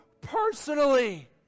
personally